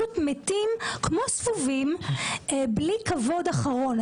פשוט מתים כמו זבובים בלי כבוד אחרון.